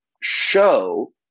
show